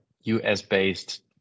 US-based